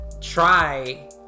try